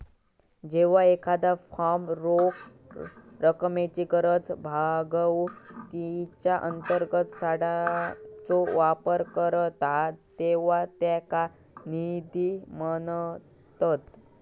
जेव्हा एखादा फर्म रोख रकमेची गरज भागवूक तिच्यो अंतर्गत साठ्याचो वापर करता तेव्हा त्याका निधी म्हणतत